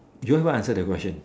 you haven't answer the question